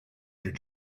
did